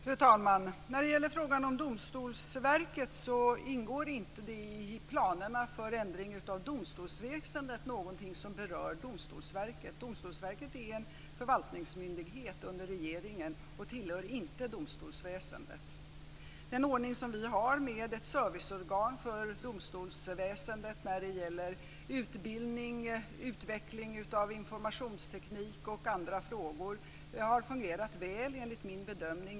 Fru talman! När det gäller frågan om Domstolsverket ingår det inte i planerna för ändring av domstolsväsendet någonting som berör Domstolsverket. Domstolsverket är en förvaltningsmyndighet under regeringen och tillhör inte domstolsväsendet. Den ordning som vi har med ett serviceorgan för domstolsväsendet när det gäller utbildning, utveckling av informationsteknik och andra frågor har fungerat väl, enligt min bedömning.